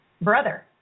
brother